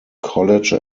college